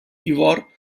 ivor